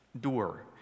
door